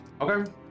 Okay